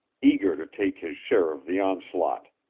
eager to take his share of the onslaught.